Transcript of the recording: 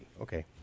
Okay